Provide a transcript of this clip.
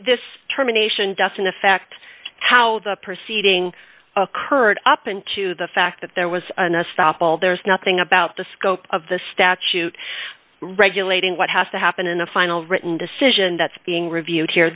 this terminations doesn't affect how the proceeding occurred up and to the fact that there was another stop all there is nothing about the scope of the statute regulating what has to happen in a final written decision that's being reviewed here